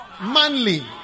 manly